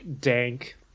dank